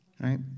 Right